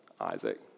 Isaac